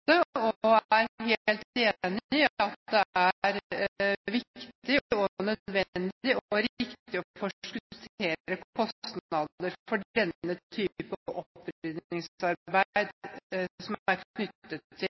er helt enig i at det er viktig, nødvendig og riktig å forskuttere kostnader for denne type opprydningsarbeid knyttet til